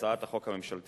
בהצעת החוק הממשלתית.